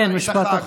כן, משפט אחד.